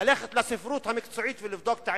ללכת לספרות המקצועית ולבדוק את העניין.